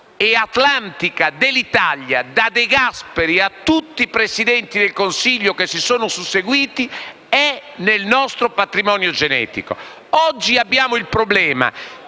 e atlantica dell'Italia, da De Gasperi a tutti i Presidenti del Consiglio che si sono susseguiti, è nel nostro patrimonio genetico. Oggi abbiamo un problema